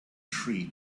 tree